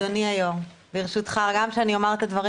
דיברת יותר מדי, ותסלחי לי, גם לא לעניין.